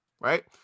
right